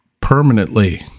permanently